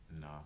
no